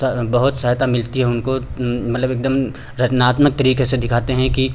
बहुत सहायता मिलती है उनको मललब एकदम रचनात्मक तरीके से दिखाते हैं कि